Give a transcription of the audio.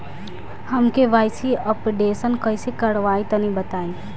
हम KYC updation कइसे करवाई तनि बताई?